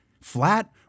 flat